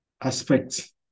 aspects